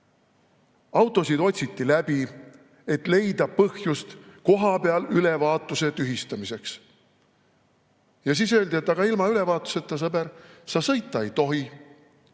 Autosid otsiti läbi, et leida põhjust kohapeal ülevaatuse tühistamiseks. Ja siis öeldi: "Aga ilma ülevaatuseta, sõber, sa sõita ei tohi.